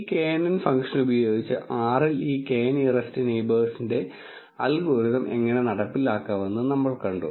ഈ knn function ഉപയോഗിച്ച് R ൽ ഈ K നിയറെസ്റ് നെയിബേഴ്സിന്റെ അൽഗോരിതം എങ്ങനെ നടപ്പിലാക്കാമെന്നും നമ്മൾ കണ്ടു